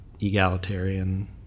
egalitarian